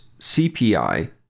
CPI